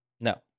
No